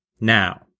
Now